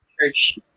church